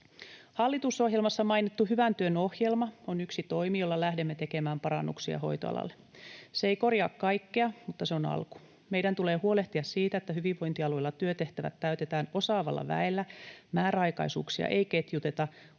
Hallitusohjelmassa mainittu Hyvän työn ohjelma on yksi toimi, jolla lähdemme tekemään parannuksia hoitoalalle. Se ei korjaa kaikkea, mutta se on alku. Meidän tulee huolehtia siitä, että hyvinvointialueilla työtehtävät täytetään osaavalla väellä, määräaikaisuuksia ei ketjuteta,